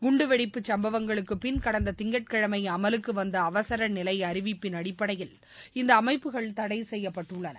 குண்டுவெடிப்பு சம்பவங்களுக்கு பிள் கடந்த திங்கட்கிழமை அமலுக்கு வந்த அவசரநிலை அறிவிப்பின் அடிப்படையில் இந்த அமைப்புகள் தடை செய்யப்பட்டுள்ளன